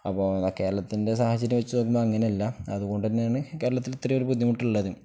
അപ്പോൊ കേരളത്തിൻ്റെ സാഹചര്യംെച്ച്ോക്കുമ്പോ അങ്ങന അല്ല അതുകൊണ്ട തന്നാണ് കേരളത്തിൽ ഇത്രയ ഒരു ബുദ്ധിമുട്ടുള്ളത്